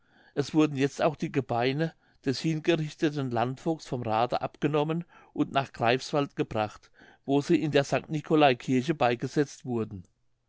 es wurden jetzt auch die gebeine des hingerichteten landvogts vom rade abgenommen und nach greifswald gebracht wo sie in der st nicolaikirche beigesetzt wurden